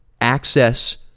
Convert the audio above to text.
access